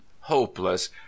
hopeless